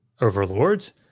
overlords